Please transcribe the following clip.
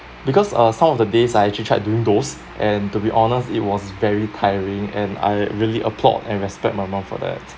because uh some of the days I actually tried during those and to be honest it was very tiring and I really applaud and respect my mum for that